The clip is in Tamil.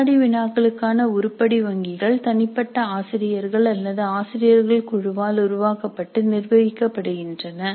வினாடி வினாக்களுக்கான உருப்படி வங்கிகள் தனிப்பட்ட ஆசிரியர்கள் அல்லது ஆசிரியர்கள் குழுவால் உருவாக்கப்பட்டு நிர்வகிக்கப்படுகின்றன